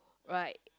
right